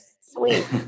sweet